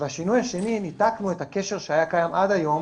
ושינוי השני, ניתקנו את הקשר שהיה קיים עד היום